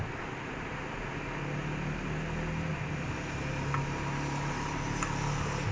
ya who they have they didn't tell anyone they have the chic guy I don't know his name